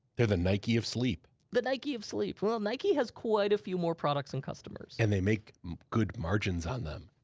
they're the nike of sleep. the nike of sleep. well, nike has quite a few more products and customers. and they make good margins on them.